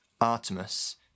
Artemis